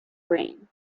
brain